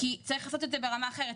צריך לעשות את זה ברמה אחרת.